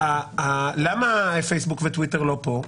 למה פייסבוק וטוויטר לא פה?